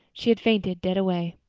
she had fainted dead away.